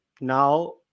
now